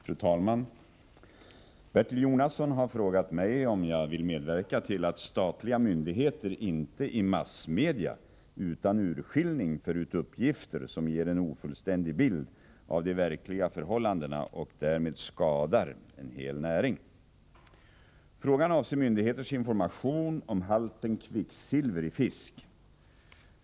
Fru talman! Bertil Jonasson har frågat mig om jag vill medverka till att statliga myndigheter inte i massmedia utan urskillning för ut uppgifter som ger en ofullständig bild av de verkliga förhållandena och därmed skadar en hel näring. Frågan avser myndigheters information om halten kvicksilver i fisk.